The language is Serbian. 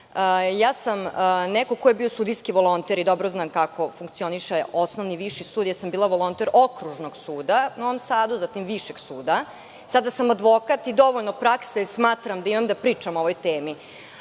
sam ko je bio sudijski volonter i dobro znam kako funkcioniše osnovni i viši sud. Bila sam volonter Okružnog suda u Novom Sadu, zatim Višeg suda, a sada sam advokat i dovoljno prakse smatram da imam da pričam o ovoj temi. Neko